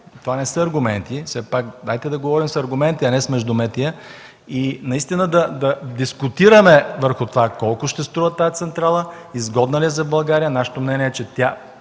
Това не са аргументи. Все пак дайте да говорим с аргументи, а не с междуметия. Да дискутираме върху това колко ще струва тази централа, изгодна ли е за България. Нашето мнение е, че тя